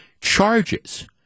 charges